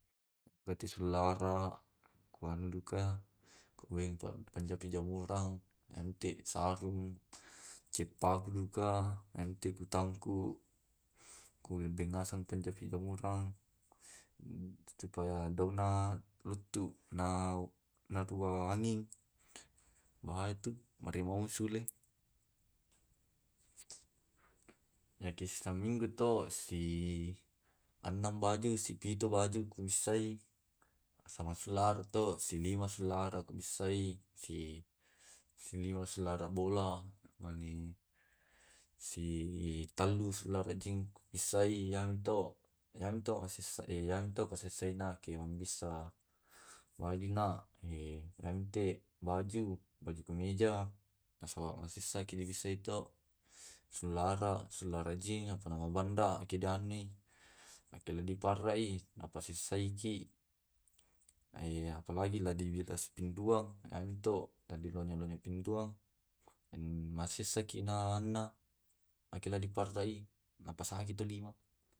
Nedukate sulara, kuanduka, kuengpa panjapi jamurang, nantek sarung, ceppaki duka ente kutangku, ku beng ngaseng penjepi jamurang, supaya dauna luttu. Na na tu bawa anging, bahatu maremong sule yake saminggu to si enam baju si pitu baju ku bissai, asama sulara to silima sulara ku bissai. Si si lima sulara bola, mani si tallu sulara jing kupisai yangto, yamto masasa e yamto kasasaina keman pisa walena e yamte baju, baju kemeja masoa masisa kibisa ito sulara sulara jing apa nama banda ake deani, akela di parraki na pasisaiki. Na e apalagi la sitindua anto dilonyo lonyo kintuang e mases sakina ana akela dipartai napasisitulinga.